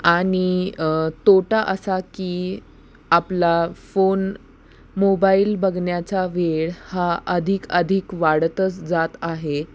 आणि तोटा असा की आपला फोन मोबाईल बघण्याचा वेळ हा अधिक अधिक वाढतच जात आहे